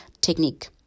technique